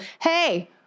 hey